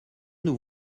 nous